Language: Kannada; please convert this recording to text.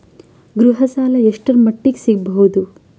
ಗೃಹ ಸಾಲ ಎಷ್ಟರ ಮಟ್ಟಿಗ ಸಿಗಬಹುದು?